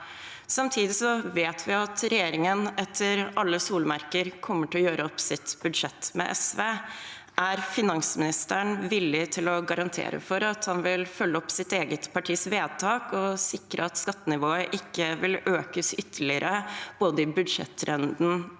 Samtidig vet vi at regjeringen etter alle solemerker kommer til å gjøre opp sitt budsjett med SV. Er finansministeren villig til å garantere for at han vil følge opp sitt eget partis vedtak og sikre at skattenivået ikke vil økes ytterligere i budsjettrunden